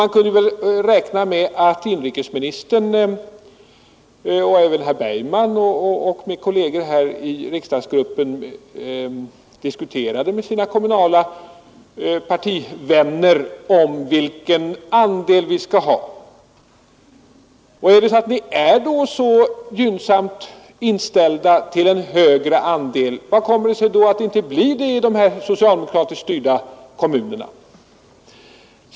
Man borde kunna räkna med att inrikesministern liksom även herr Bergman och hans övriga kolleger i riksdagsgruppen diskuterar med sina kommunala partivänner vilken småhusandel vi skall ha. Om ni är så gynnsamt inställda till en högre småhusandel, hur kommer det sig då att detta inte ger resultat i de socialdemokratiskt styrda kommunerna?